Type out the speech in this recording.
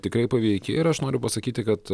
tikrai paveiki ir aš noriu pasakyti kad